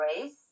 race